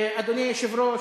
אדוני היושב-ראש,